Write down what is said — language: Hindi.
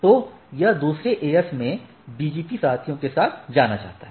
तो यह दूसरे AS में BGP साथियों के लिए जाना जाता है